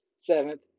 seventh